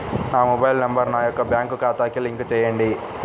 నా mobile number నా యొక్క బ్యాంక్ ఖాతాకి లింక్ చేయండీ?